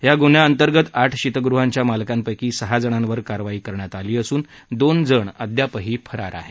या गुन्ह्याअंतर्गत आठ शितगृहांच्या मालकांपैकी सहा जणांवर कारवाई करण्यात आली असून दोन जण अद्यापही फरार आहेत